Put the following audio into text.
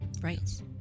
Right